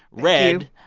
read.